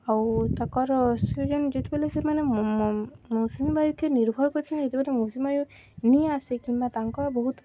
ଆଉ ତାଙ୍କର୍ ସେ ଯେନ୍ ଯେତେବେଲେ ସେମାନେ ମୌସୁମୀ ବାୟୁକେ ନିର୍ଭର୍ କରିନ୍ତି ଯେତେବେଲେ ମୌସୁମୀ ବାୟୁ ନେଇ ଆସେ କିମ୍ବା ତାଙ୍କ ବହୁତ୍